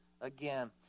again